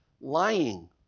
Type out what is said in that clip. lying